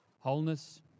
wholeness